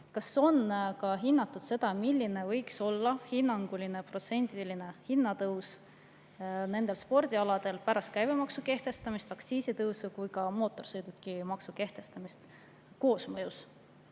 Kas on ka hinnatud seda, milline võiks olla hinnanguline protsendiline hinnatõus nendel spordialadel pärast käibemaksu kehtestamist, aktsiisitõusu ja ka mootorsõidukimaksu kehtestamist koosmõjus?